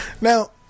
Now